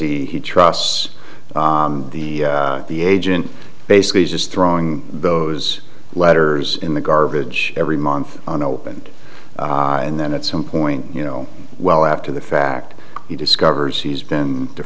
because he trusts the the agent basically just throwing those letters in the garbage every month on opened and then at some point you know well after the fact he discovers he's been